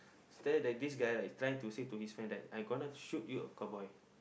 stare the this guy like trying to say to his friend like I gonna shoot you to cowboy